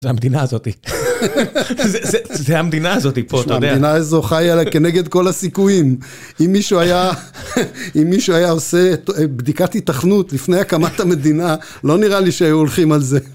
זו המדינה הזאת. זו המדינה הזאת פה, אתה יודע. המדינה איזו חיה כנגד כל הסיכויים. אם מישהו היה עושה בדיקת התכנות לפני הקמת המדינה, לא נראה לי שהיו הולכים על זה.